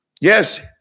Yes